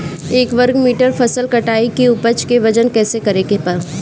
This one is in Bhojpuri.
एक वर्ग मीटर फसल कटाई के उपज के वजन कैसे करे के बा?